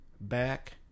back